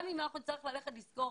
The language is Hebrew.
גם אם נצטרך לסגור